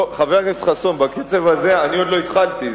טוב, חבר הכנסת חסון, בקצב הזה אני עוד לא התחלתי.